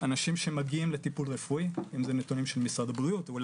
של אנשים שמגיעים לטיפול רפואי אם זה נתונים של משרד הבריאות ושל